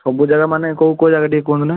ସବୁ ଜାଗାମାନେ କୋଉ କୋଉ ଜାଗା ଟିକିଏ କୁହନ୍ତୁ ନା